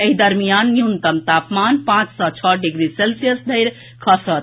एहि दरमियान न्यूनतम तापमान पांच सँ छओ डिग्री सेल्सियस धरि खसत